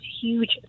huge